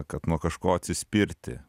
kad nuo kažko atsispirti